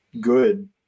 good